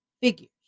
figures